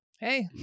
Hey